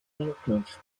vehicles